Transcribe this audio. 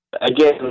Again